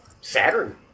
Saturn